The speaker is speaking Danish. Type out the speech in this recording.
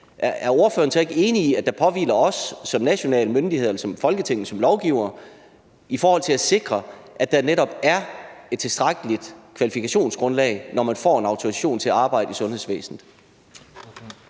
Er ordføreren så ikke enig i, at der påhviler os en forpligtigelse som national myndighed eller som Folketing og lovgivere i forhold til at sikre, at der netop er et tilstrækkeligt kvalifikationsgrundlag, når man får en autorisation til at arbejde i sundhedsvæsenet?